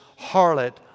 harlot